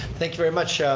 thank you very much, yeah